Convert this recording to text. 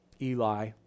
Eli